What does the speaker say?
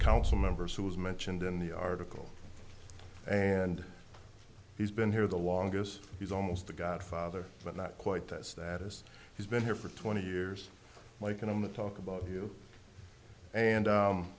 council members who was mentioned in the article and he's been here the longest he's almost the godfather but not quite that status he's been here for twenty years like in the talk about you and